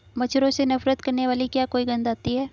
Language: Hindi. मच्छरों से नफरत करने वाली क्या कोई गंध आती है?